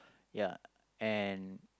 ya and